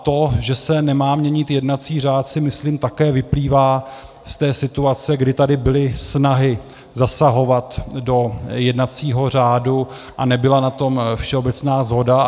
To, že se nemá měnit jednací řád, si myslím, také vyplývá ze situace, kdy tady byly snahy zasahovat do jednacího řádu a nebyla na tom všeobecná shoda.